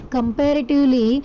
Comparatively